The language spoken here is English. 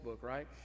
Right